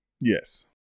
Yes